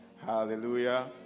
hallelujah